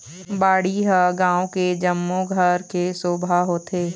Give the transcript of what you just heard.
बाड़ी ह गाँव के जम्मो घर के शोभा होथे